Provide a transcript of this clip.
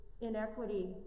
inequity